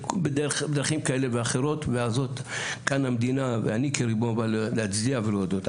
בדרכים כאלה ואחרות וכאן המדינה ואני כריבון יכול להצביע ולהודות,